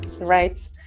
Right